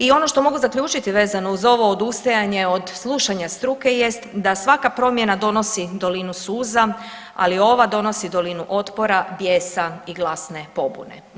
I ono što mogu zaključiti vezano za ovo odustajanje od slušanja struke jest da svaka promjena donosi dolinu suza, ali ova donosi dolinu otpora, bijesa i glasne pobude.